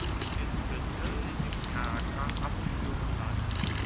durch den büttel in den kerker abführen lassen